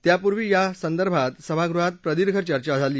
त्यापूर्वी या संदर्भात सभागृहात प्रदीर्घ चर्चा झाली